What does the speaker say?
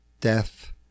death